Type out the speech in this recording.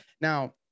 now